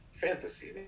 fantasy